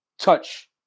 Touch